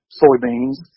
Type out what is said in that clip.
soybeans